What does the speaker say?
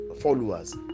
followers